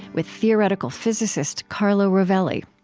with theoretical physicist carlo rovelli.